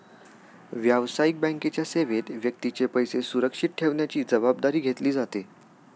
व्यावसायिक बँकेच्या सेवेत व्यक्तीचे पैसे सुरक्षित ठेवण्याची जबाबदारी घेतली जाते